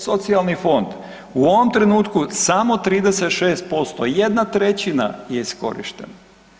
ESEF, socijalni fond u ovom trenutku samo 36%, 1/3 je iskorištena.